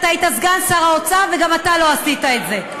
אתה היית סגן שר האוצר, וגם אתה לא עשית את זה.